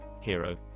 Hero